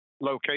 location